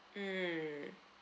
mm